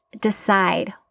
decide